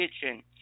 kitchen